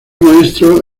maestro